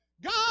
God